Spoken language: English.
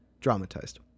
dramatized